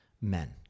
Men